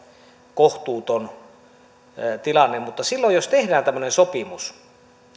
kohtuuton mutta jos tehdään tämmöinen sopimus